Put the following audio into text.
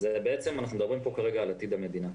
אלא בעצם אנחנו מדברים פה כרגע על עתיד המדינה.